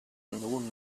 nun